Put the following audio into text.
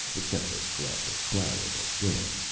except a glass of claret at dinner,